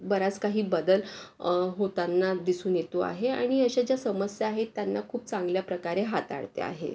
बराच काही बदल होताना दिसून येतो आहे आणि अशा ज्या समस्या आहेत त्यांना खूप चांगल्या प्रकारे हाताळते आहे